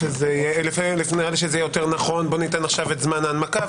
ניתן עכשיו את זמן ההנמקה,